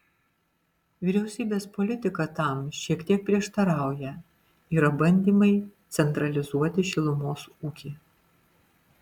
vyriausybės politika tam šiek tiek prieštarauja yra bandymai centralizuoti šilumos ūkį